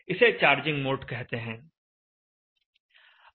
इसे charging mode कहते हैं